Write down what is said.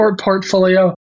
portfolio